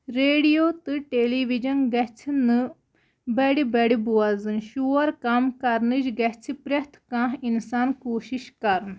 radio تہٕ television گژھِ نہٕ بَڑِ بَڑِ بوزٕنۍ شور کَم کَرنٕچ گژھِ پرٛٮ۪تھ کانٛہہ اِنسان کوٗشِش کَرُن